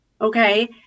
Okay